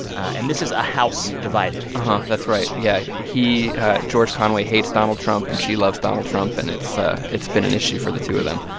and this is a house divided uh-huh. that's right. yeah. he george conway hates donald trump, and she loves donald trump. and it's ah it's been an issue for the two of them.